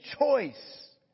choice